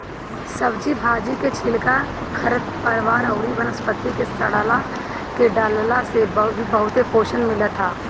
सब्जी भाजी के छिलका, खरपतवार अउरी वनस्पति के सड़आ के डालला से भी बहुते पोषण मिलत ह